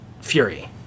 Fury